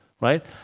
right